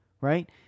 right